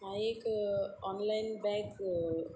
हांव एक online bag